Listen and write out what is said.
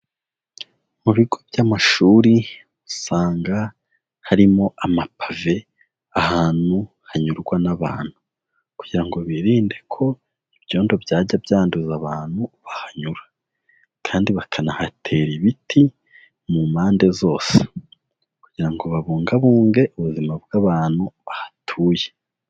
Mu bigo by'amashuri usanga harimo amapave ahantu hanyurwa n'abantu kugira ngo birinde ko ibyondo byajya byanduza abantu bahanyura kandi bakanahatera ibiti mu mpande zose kugira ngo babungabunge ubuzima bw'abantu bahatuye.